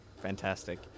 fantastic